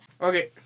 Okay